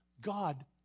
God